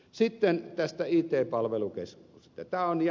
sitten tästä it palvelukeskuksesta